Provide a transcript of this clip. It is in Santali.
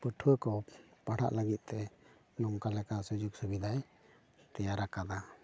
ᱯᱟᱹᱴᱷᱩᱭᱟᱹ ᱠᱚ ᱯᱟᱲᱦᱟᱜ ᱞᱟᱹᱜᱤᱫ ᱛᱮ ᱱᱚᱝᱠᱟ ᱞᱮᱠᱟ ᱥᱩᱡᱚᱠ ᱥᱩᱵᱤᱫᱟᱭ ᱛᱮᱭᱟᱨ ᱟᱠᱟᱫᱟ